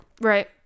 Right